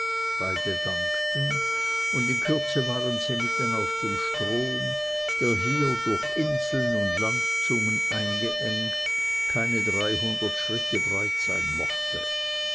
beide dankten und in kürze waren sie mitten auf dem strom der hier durch inseln und landzungen eingeengt keine dreihundert schritte breit sein mochte